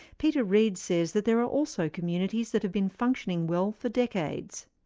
peter read says that there are also communities that have been functioning well for decades.